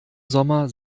sommer